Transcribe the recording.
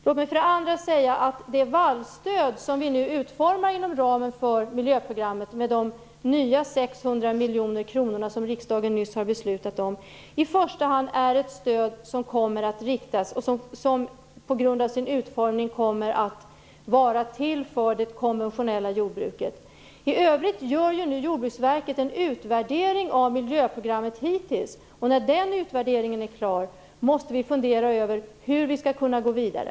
Låt mig också säga att det vallstöd som vi nu utformar inom ramen för miljöprogrammet med de nya 600 miljoner kronor som riksdagen nyss har fattat beslut om i första hand är ett stöd som på grund av sin utformning kommer att vara till för det konventionella jordbruket. I övrigt gör Jordbruksverket nu en utvärdering av miljöprogrammet så här långt. När den utvärderingen är klar måste vi fundera över hur vi skall kunna gå vidare.